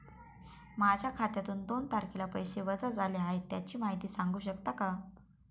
माझ्या खात्यातून दोन तारखेला पैसे वजा झाले आहेत त्याची माहिती सांगू शकता का?